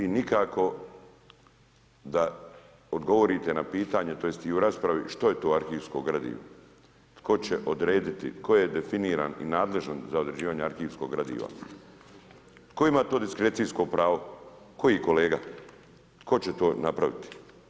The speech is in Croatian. Vi nikako da odgovorite na pitanje tj. i u raspravi što je to arhivsko gradivo, tko će odrediti, tko je definiran i nadležan za određivanje arhivskog gradiva, tko ima to diskrecijsko pravo, koji kolega, tko će to napraviti?